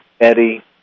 Eddie